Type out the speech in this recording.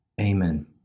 Amen